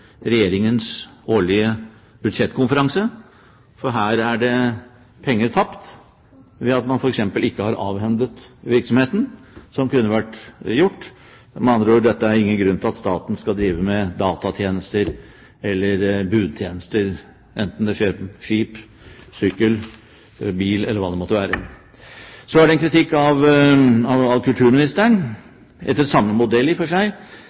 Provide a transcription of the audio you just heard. Regjeringens årlige budsjettkonferanse, for her er det penger tapt ved at man f.eks. ikke har avhendet virksomheten, som kunne ha vært gjort. Med andre ord: Det er ingen grunn til at staten skal drive med datatjenester eller budtjenester, enten det skjer med skip, sykkel, bil eller hva det måtte være. Så er det en kritikk av kulturministeren, etter samme modell i og for seg.